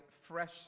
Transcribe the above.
fresh